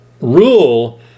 rule